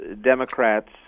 Democrats